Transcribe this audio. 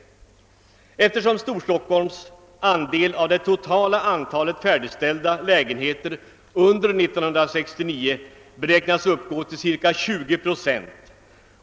Storstockholms andel av det totala antalet färdigställda lägenheter under 1969 beräknas uppgå till ca 20 procent.